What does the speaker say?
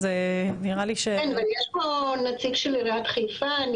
כן ,יש פה נציג של עיריית חיפה?